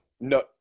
No